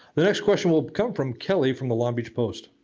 the next question will come from kelly from the long beach post.